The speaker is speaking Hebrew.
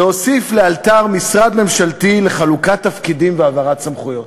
להוסיף לאלתר משרד ממשלתי לחלוקת תפקידים והעברת סמכויות.